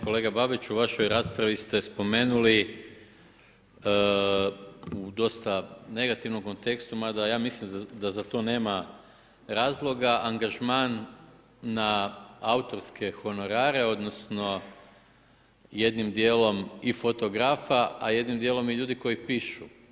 Kolega Babiću u vašoj raspravi ste spomenuli u dosta negativnom kontekstu, mada ja mislim da za to nema razloga, angažman na autorske honorare odnosno jednim dijelom i fotografa, a jednim dijelom i ljudi koji pišu.